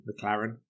McLaren